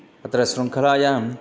अत्र सृङ्कलायां